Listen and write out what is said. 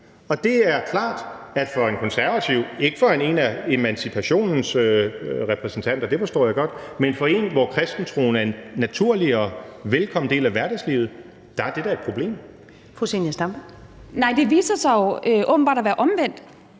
Det er klart, at for en konservativ – ikke for en af emancipationens repræsentanter, det forstår jeg godt – hvor kristentroen er en naturlig og velkommen del af hverdagslivet, er det da et problem. Kl. 23:15 Første næstformand (Karen Ellemann):